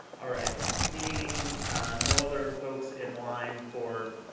all right. seeing no other folks in line for